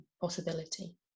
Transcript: possibility